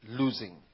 losing